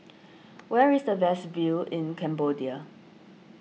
where is the best view in Cambodia